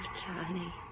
Johnny